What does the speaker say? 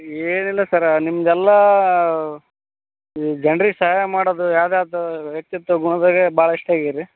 ಏನಿಲ್ಲ ಸರ್ರ ನಿಮ್ಮದೆಲ್ಲ ಈ ಜನ್ರಿಗೆ ಸಹಾಯ ಮಾಡೋದು ಯಾವ್ದು ಯಾವ್ದೋ ವ್ಯಕ್ತಿತ್ವ ಗುಣದೊಳ್ಗೆ ಭಾಳ ಇಷ್ಟಾಗೀರಿ